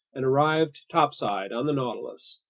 and arrived topside on the nautilus.